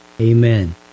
Amen